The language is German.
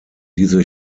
diese